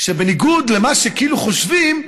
שבניגוד למה שכאילו חושבים,